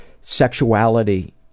sexuality